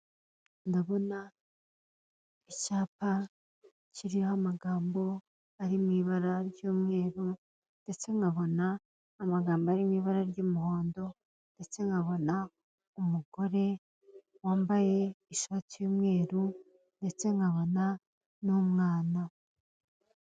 Ndabona icyapa kiriho amagambo ari mu ibara ry'umweru ndetse nkabona amagambo ari mu ibara ry'umuhondo ndetse nkabona umugore wambaye ishati y'umweru ndetse nkabona n'umwana.